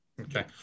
Okay